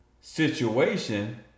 situation